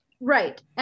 Right